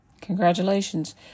congratulations